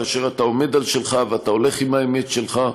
כאשר אתה עומד על שלך ואתה הולך עם האמת שלך,